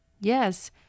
Yes